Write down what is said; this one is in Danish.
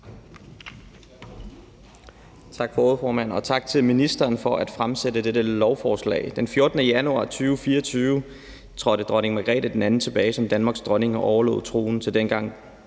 tak for ordet, formand. Og tak til ministeren for at fremsætte dette lovforslag. Den 14. januar 2024 trådte dronning Margrethe II tilbage som Danmarks dronning og overlod tronen til dengang